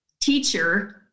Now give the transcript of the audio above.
teacher